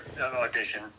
audition